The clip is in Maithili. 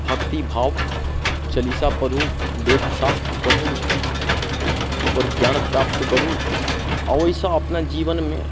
भक्तिभाव चालीसा पढू वेद शास्त्र पढू ओकर ज्ञान प्राप्त करू आओर ओइसँ अपना जीवनमे